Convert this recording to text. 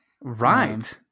right